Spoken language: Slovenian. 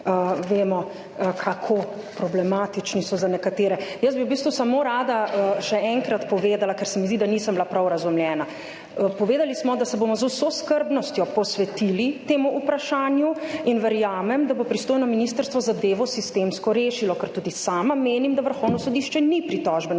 kako problematični so za nekatere. V bistvu bi rada samo še enkrat povedala, ker se mi zdi, da nisem bila prav razumljena. Povedali smo, da se bomo z vso skrbnostjo posvetili temu vprašanju, in verjamem, da bo pristojno ministrstvo zadevo sistemsko rešilo. Ker tudi sama menim, da Vrhovno sodišče ni pritožbeno